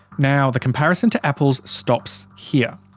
now the comparison to apples stops here,